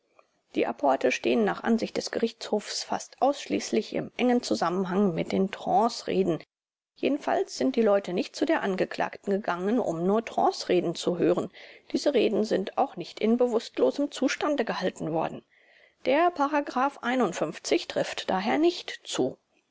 die apporte stehen nach ansicht des gerichtshofs fast ausschließlich im engen zusammenhange mit den trancereden jedenfalls sind die leute nicht zu der angeklagten gegangen um nur trancereden zu hören diese reden sind auch nicht in bewußtlosem zustande gehalten worden der trifft daher nicht zu